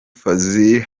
fazil